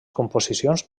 composicions